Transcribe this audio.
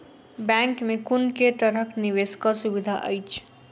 Bank मे कुन केँ तरहक निवेश कऽ सुविधा अछि?